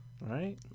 Right